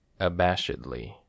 Abashedly